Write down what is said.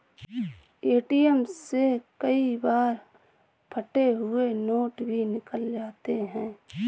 ATM से कई बार फटे हुए नोट भी निकल जाते हैं